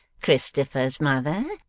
christopher's mother,